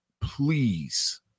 please